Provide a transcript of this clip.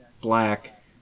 Black